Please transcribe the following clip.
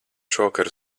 šovakar